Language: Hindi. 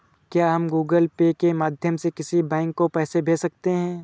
क्या हम गूगल पे के माध्यम से किसी बैंक को पैसे भेज सकते हैं?